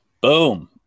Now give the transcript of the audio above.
boom